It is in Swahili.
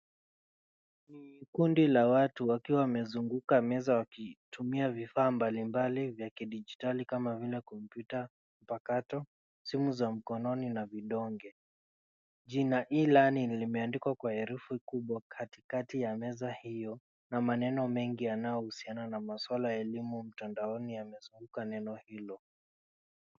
Kundu la watu wakiwa wamezunguka wakitumia vifaa mbali mbali vya kidigitali kama vile kompyuta mpakato simu za mkononi na vidonge. Jina e-learning limeandikwa kwa herufi kubwa katikati ya meza hio na meno yanaohusiana na maswala ya elimu ya mtandaoni yamezunguka neno hilo.